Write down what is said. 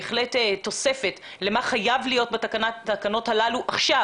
תוספת למה חייב להיות בתקנות הללו עכשיו.